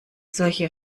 solche